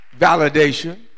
validation